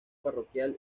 parroquial